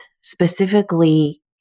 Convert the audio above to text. specifically